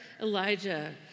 Elijah